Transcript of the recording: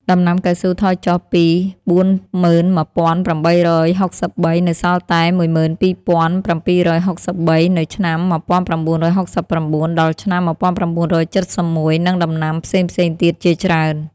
ដំណាំកៅស៊ូថយចុះពី ៤១៨៦៣ នៅសល់តែ ១២៧៦៣ នៅឆ្នាំ ១៩៦៩ ដល់ ឆ្នាំ១៩៧១ និងដំណាំ ផ្សេងៗទៀតជាច្រើន។